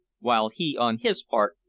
while he, on his part,